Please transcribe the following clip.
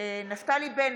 נפתלי בנט,